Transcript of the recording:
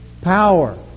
power